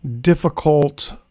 difficult